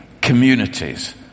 communities